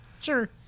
sure